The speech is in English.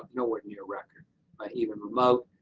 nowhere near record by even remote.